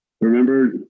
Remember